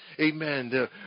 Amen